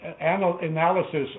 analysis